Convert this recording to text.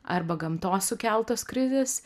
arba gamtos sukeltos krizės